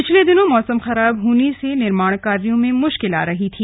पिछले दिनों मौसम खराब होने से निर्माण कार्यों में मुश्किल आ रही थी